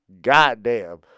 Goddamn